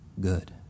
good